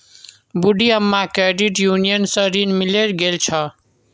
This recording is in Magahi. बूढ़ी अम्माक क्रेडिट यूनियन स ऋण मिले गेल छ